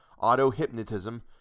auto-hypnotism